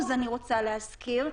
אני רוצה להזכיר,